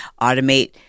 automate